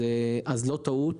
כך שלא מדובר בטעות,